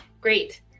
great